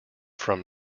from